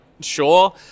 sure